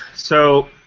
so,